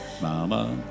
Mama